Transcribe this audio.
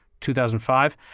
2005